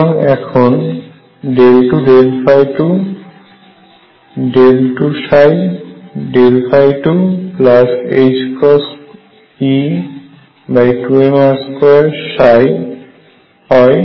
সুতরাং এখন 22222E2mr2 হয় 0